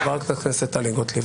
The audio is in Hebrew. חברת הכנסת טלי גוטליב,